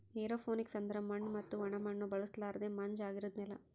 aeroponics ಅಂದುರ್ ಮಣ್ಣು ಮತ್ತ ಒಣ ಮಣ್ಣ ಬಳುಸಲರ್ದೆ ಮಂಜ ಆಗಿರದ್ ನೆಲ